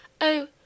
Oh